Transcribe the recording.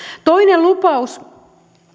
toinen lupaus